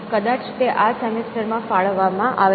કદાચ તે આ સેમેસ્ટર માં ફાળવવામાં આવે છે